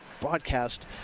broadcast